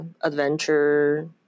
Adventure